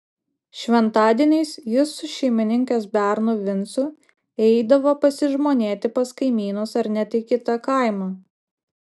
šventadieniais jis su šeimininkės bernu vincu eidavo pasižmonėti pas kaimynus ar net į kitą kaimą